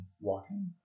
walking